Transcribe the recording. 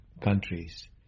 countries